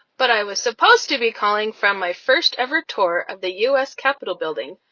but i was supposed to be calling from my first-ever tour of the u s. capitol building,